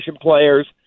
players